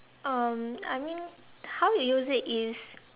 um I mean how you use it is